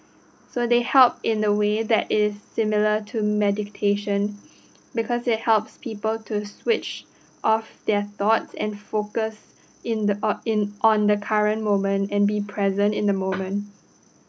so they help in a way that is similar to meditation because it helps people to switch off their thoughts and focus in the od~ in on the current moment and be present in the moment